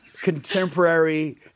contemporary